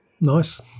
Nice